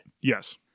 Yes